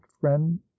friend